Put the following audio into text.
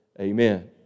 Amen